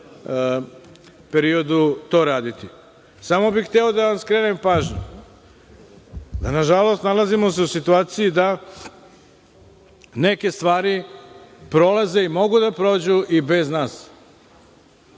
periodu to raditi. Samo bih hteo da vam skrenem pažnju da nažalost, nalazimo se u situaciji da neke stvari prolaze i mogu da prođu i bez nas.